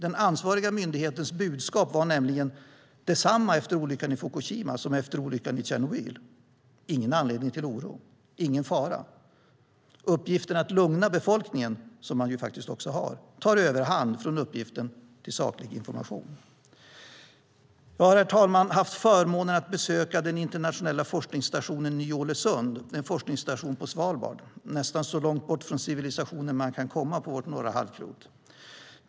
Den ansvariga myndighetens budskap var nämligen detsamma efter olyckan i Fukushima som efter olyckan i Tjernobyl, alltså: ingen anledning till oro, ingen fara. Uppgiften att lugna befolkningen, som man ju faktiskt också har, tar överhand från uppgiften att sakligt informera. Herr talman! Jag har haft förmånen att besöka den internationella forskningsstationen Ny-Ålesund, en forskningsstation på Svalbard, nästan så långt bort från civilisationen man kan komma på vårt norra halvklot.